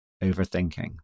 overthinking